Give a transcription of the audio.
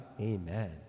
Amen